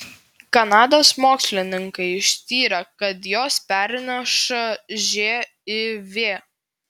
kanados mokslininkai ištyrė kad jos perneša živ